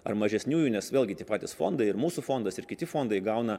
ar mažesniųjų nes vėlgi tie patys fondai ir mūsų fondas ir kiti fondai gauna